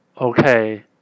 Okay